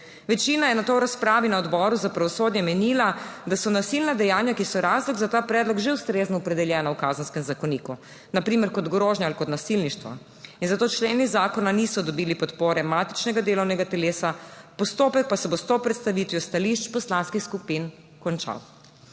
Večina je nato v razpravi na Odboru za pravosodje menila, da so nasilna dejanja, ki so razlog za ta predlog, že ustrezno opredeljena v Kazenskem zakoniku na primer kot grožnja ali kot nasilništvo, in zato členi zakona niso dobili podpore matičnega delovnega telesa, postopek pa se bo s to predstavitvijo stališč poslanskih skupin končal.